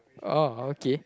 oh okay